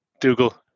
Dougal